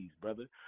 brother